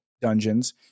dungeons